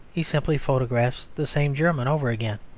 he simply photographs the same german over again.